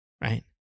Right